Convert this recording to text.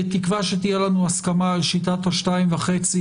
בתקווה שתהיה לנו הסכמה על שיטת השתיים וחצי,